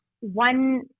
one